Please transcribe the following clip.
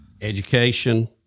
Education